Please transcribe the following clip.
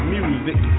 Music